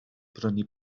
brynu